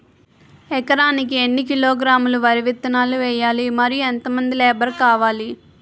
ఎకరానికి ఎన్ని కిలోగ్రాములు వరి విత్తనాలు వేయాలి? మరియు ఎంత మంది లేబర్ కావాలి?